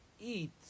eat